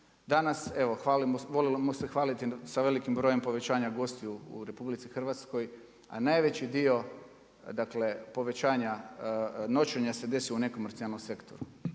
Danas evo volimo se hvaliti sa velikim brojem povećanja gostiju u RH, a najveći dio povećanja noćenja se desi u nekomercijalnom sektoru,